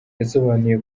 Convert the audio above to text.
yasobanuye